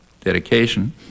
dedication